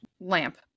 lamp